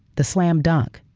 the slam dunk.